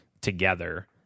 together